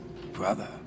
Brother